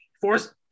Force